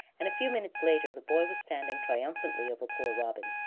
and a few minutes later the boy was standing triumphantly over poor robin,